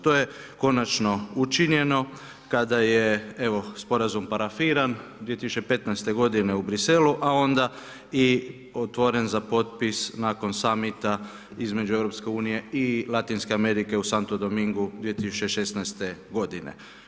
To je konačno učinjeno kada je evo sporazum parafiran 2015. godine u Bruxellesu a onda i otvoren za potpis nakon summita između EU-a i Latinske Amerike u Santo Domingu 2016. godine.